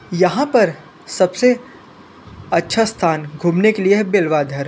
यहाँ पर सबसे अच्छा स्थान घूमने के लिए है बिलवाधर